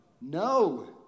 No